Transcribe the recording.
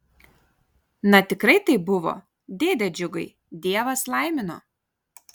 na tikrai taip buvo dėde džiugai dievas laimino